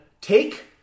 take